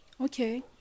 Okay